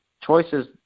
choices